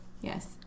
Yes